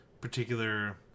particular